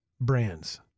brand's